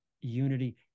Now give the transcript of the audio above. unity